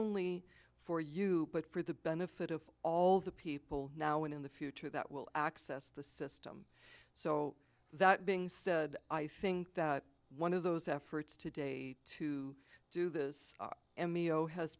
only for you but for the benefit of all the people now and in the future that will access the system so that being said i think that one of those efforts today to do this and meo has